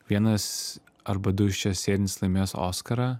vienas arba du iš čia sėdintys laimės oskarą